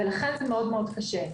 לכן זה מאוד-מאוד קשה.